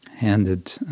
handed